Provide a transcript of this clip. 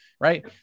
right